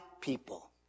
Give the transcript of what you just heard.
people